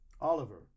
Oliver